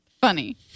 Funny